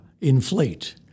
inflate